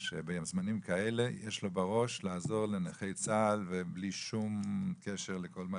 שבזמנים כאלה יש לו בראש לעזור לנכי צה"ל בלי שום קשר לכל מה